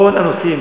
בכל הנושאים,